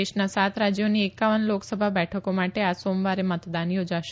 દેશના સાત રાજયોની એકાવન લોકસભા બેઠકો માટે આ સોમવારે મતદાન યોજાશે